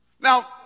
Now